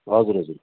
हजुर हजुर